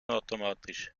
automatisch